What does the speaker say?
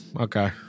okay